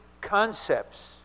concepts